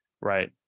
Right